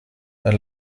dann